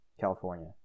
California